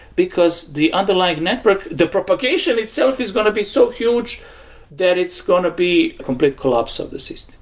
because the underlying network, the propagation itself is going to be so huge that it's going to be a complete collapse of the system.